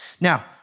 Now